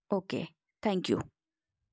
okay thank you